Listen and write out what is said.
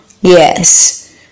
Yes